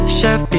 Chef